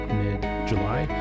mid-July